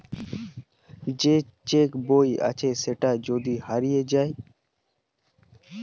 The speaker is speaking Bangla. যে চেক বই আছে সেটা যদি হারিয়ে যায়